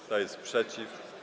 Kto jest przeciw?